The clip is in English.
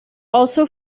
also